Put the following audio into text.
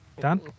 Dan